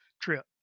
trip